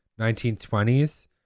1920s